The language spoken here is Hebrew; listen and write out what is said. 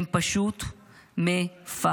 הם פשוט מ-פ-ח-דים.